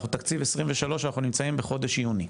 אנחנו בתקציב 2023, אנחנו נמצאים בחודש יוני.